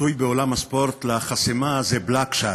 הביטוי בעולם הספורט לחסימה זה block shot.